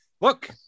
Look